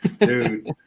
Dude